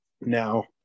now